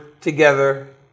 together